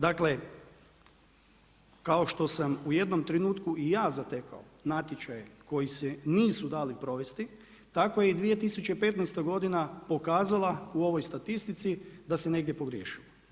Dakle, kao što sam u jednom trenutku i ja zatekao natječaje koji se nisu dali provesti tako je i 2015. godina pokazala u ovoj statistici da se negdje pogriješilo.